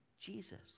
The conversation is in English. Jesus